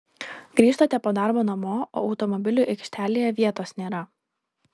grįžtate po darbo namo o automobiliui aikštelėje vietos nėra